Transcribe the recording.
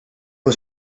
was